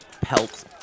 pelt